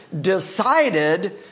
decided